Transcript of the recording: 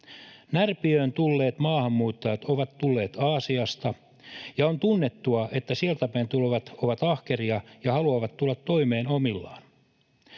Närpiöön tulleet maahanmuuttajat ovat tulleet Aasiasta, ja on tunnettua, että sieltä päin tulevat ovat ahkeria ja haluavat tulla toimeen omillaan.